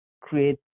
create